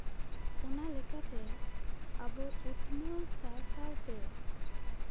ᱚᱱᱟ ᱞᱮᱠᱟᱛᱮ ᱟᱵᱚ ᱩᱛᱱᱟᱹᱣ ᱥᱟᱶ ᱥᱟᱶ ᱛᱮ